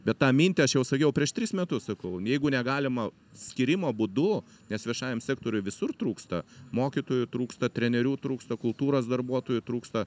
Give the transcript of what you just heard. bet tą mintį aš jau sakiau prieš tris metus sakau jeigu negalima skyrimo būdu nes viešajam sektoriui visur trūksta mokytojų trūksta trenerių trūksta kultūros darbuotojų trūksta